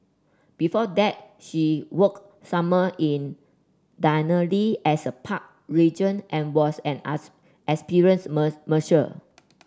before that she worked summer in Denali as a park ranger and was an experienced musher